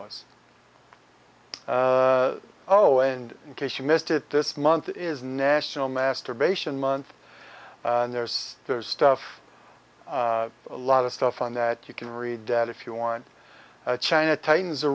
was oh and in case you missed it this month is national masturbation month and there's stuff a lot of stuff on that you can read that if you want china tightens